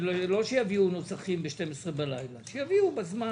לא שיביאו נוסחים ב-12 בלילה אלא שיביאו בזמן